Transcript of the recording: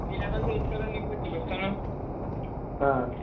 video call చేయొచ్చు కదా నీకు చూస్తాను